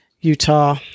Utah